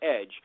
EDGE